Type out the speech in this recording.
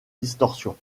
distorsion